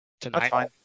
tonight